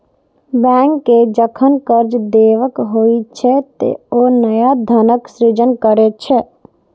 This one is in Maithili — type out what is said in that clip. बैंक कें जखन कर्ज देबाक होइ छै, ते ओ नया धनक सृजन करै छै